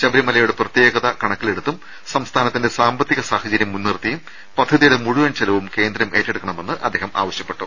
ശബരിമലയുടെ പ്രത്യേകത കണക്കിലെടുത്തും സംസ്ഥാനത്തിന്റെ സാമ്പ ത്തിക സാഹചര്യം മുൻനിർത്തിയും പദ്ധതിയുടെ മുഴുവൻ ചെലവും കേന്ദ്രം ഏറ്റെടുക്കണമെന്ന് അദ്ദേഹം ആവശ്യപ്പെട്ടു